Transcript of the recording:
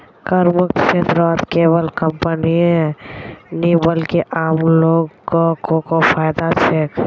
करमुक्त क्षेत्रत केवल कंपनीय नी बल्कि आम लो ग को फायदा छेक